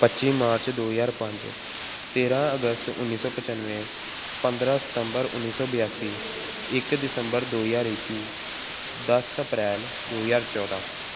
ਪੱਚੀ ਮਾਰਚ ਦੋ ਹਜ਼ਾਰ ਪੰਜ ਤੇਰਾਂ ਅਗਸਤ ਉੱਨੀ ਸੌ ਪਚਾਨਵੇਂ ਪੰਦਰਾਂ ਸਤੰਬਰ ਉੱਨੀ ਸੌ ਬਿਆਸੀ ਇੱਕ ਦਸੰਬਰ ਦੋ ਹਜ਼ਾਰ ਇੱਕੀ ਦਸ ਅਪ੍ਰੈਲ ਦੋ ਹਜ਼ਾਰ ਚੌਦਾਂ